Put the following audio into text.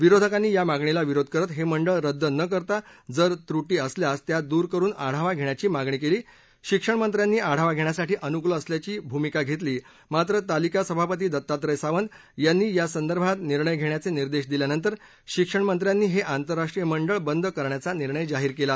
विरोधकांनी या मागणीला विरोध करत हे मंडळ रद्द नं करता जर त्रुटी असल्यास त्या दूर करून आढावा घेण्याची मागणी केली शिक्षण मंत्र्यानी आढावा घेण्यासाठी अनुकूल असल्याची भूमिका घेतली मात्र तालिका सभापती दत्तात्रय सावंत यांनी यासंदर्भात निर्णय घेण्याचे निर्देश दिल्यानंतर शिक्षण मंत्र्यानी हे आंतराष्ट्रीय मंडळ बंद करण्याचा निर्णय जाहीर केला